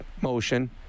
motion